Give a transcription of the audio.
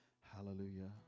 Hallelujah